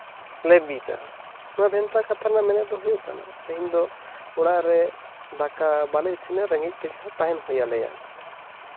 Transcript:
ᱞᱮ ᱵᱤᱫᱟ ᱱᱚᱣᱟ ᱵᱷᱮᱱᱛᱟ ᱠᱟᱛᱷᱟ ᱨᱮᱱᱟᱜ ᱢᱮᱱᱮᱛ ᱦᱩᱭᱩᱜ ᱠᱟᱱᱟ ᱛᱮᱦᱮᱧ ᱫᱚ ᱚᱲᱟᱜ ᱨᱮ ᱫᱟᱠᱟ ᱵᱟᱞᱮ ᱤᱥᱤᱱᱟ ᱨᱮᱸᱜᱮᱡ ᱛᱮᱜᱮ ᱦᱟᱜ ᱛᱟᱦᱮᱱ ᱦᱩᱭ ᱟᱞᱮᱭᱟ